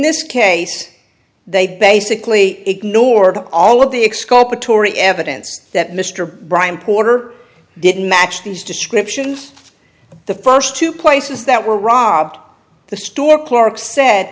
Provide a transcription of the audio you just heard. this case they basically ignored all of the exculpatory evidence that mr bryan porter didn't match these descriptions the first two places that were robbed the store clerk s